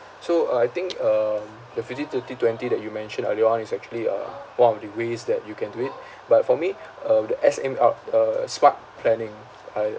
so uh I think um the fifty thirty twenty that you mentioned earlier on it's actually a one of the ways that you can do it but for me uh the S M R uh SMART planning I